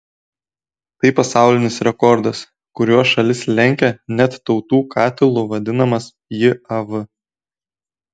tai pasaulinis rekordas kuriuo šalis lenkia net tautų katilu vadinamas jav